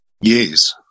Yes